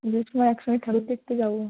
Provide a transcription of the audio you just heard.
পুজোর সময় এক সঙ্গে ঠাকুর দেখতে যাব